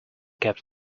kept